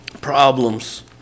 problems